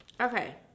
Okay